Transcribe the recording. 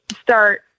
start